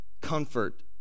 comfort